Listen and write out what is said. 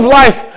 life